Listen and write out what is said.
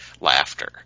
laughter